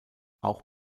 auch